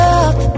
up